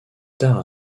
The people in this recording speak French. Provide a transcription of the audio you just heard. tard